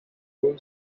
room